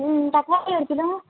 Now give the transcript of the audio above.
ம் தக்காளி ஒரு கிலோ